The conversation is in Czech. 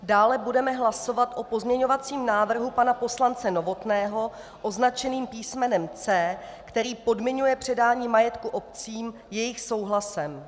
Dále budeme hlasovat o pozměňovacím návrhu pana poslance Novotného označeném písmenem C, který podmiňuje předání majetku obcím jejich souhlasem.